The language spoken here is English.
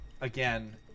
Again